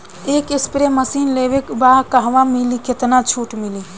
एक spray machine लेवे के बा कहवा मिली केतना छूट मिली?